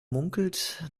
munkelt